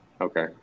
Okay